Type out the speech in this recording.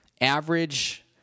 average